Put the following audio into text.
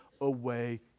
away